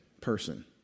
person